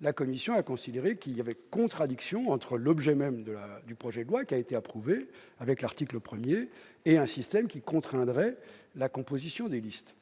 la commission a considéré qu'il y a contradiction entre l'objet même du projet de loi, qui a été approuvé avec l'article 1, et tout système qui contraindrait la composition des listes.